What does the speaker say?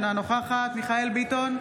אינה נוכחת מיכאל מרדכי ביטון,